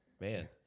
man